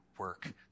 work